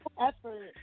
effort